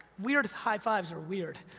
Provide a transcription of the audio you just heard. weird high-fives are weird.